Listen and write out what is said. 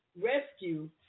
rescue